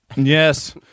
Yes